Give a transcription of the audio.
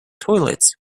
toilets